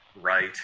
Right